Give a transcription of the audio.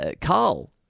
Carl